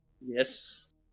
Yes